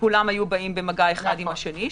כולם היו באים במגע אחד עם השני,